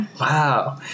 Wow